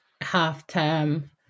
half-term